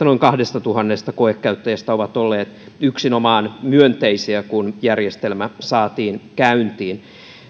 noin kahdestatuhannesta koekäyttäjästä ovat olleet yksinomaan myönteisiä kun järjestelmä saatiin käyntiin